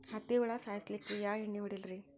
ಹತ್ತಿ ಹುಳ ಸಾಯ್ಸಲ್ಲಿಕ್ಕಿ ಯಾ ಎಣ್ಣಿ ಹೊಡಿಲಿರಿ?